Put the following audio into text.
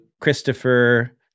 Christopher